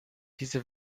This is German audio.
diese